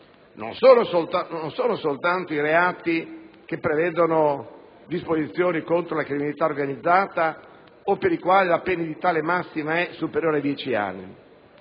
non sono soltanto quelli che prevedono disposizioni contro la criminalità organizzata o per i quali la pena edittale massima è superiore a dieci anni.